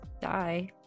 die